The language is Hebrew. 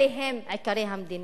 אלה הם עיקרי המדיניות